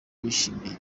bishimye